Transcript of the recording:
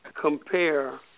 compare